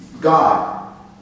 God